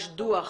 יש דוח